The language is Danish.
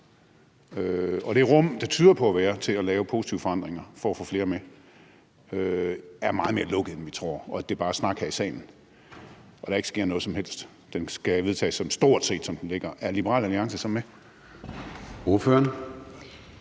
at det rum, der tyder på at være der til at lave positive forandringer for at få flere med, er meget mere lukket, end vi tror, og at det bare er snak her i salen og der ikke sker noget som helst, altså at det skal vedtages, stort set som det ligger her, er Liberal Alliance så med?